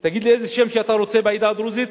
תגיד לי איזה שם בעדה הדרוזית,